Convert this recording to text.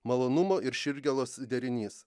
malonumo ir širdgėlos derinys